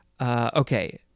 Okay